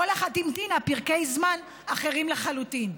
כל אחת מהן המתינה פרקי זמן שונים לחלוטין.